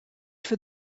for